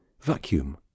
vacuum